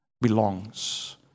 belongs